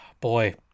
boy